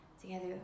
together